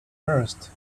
first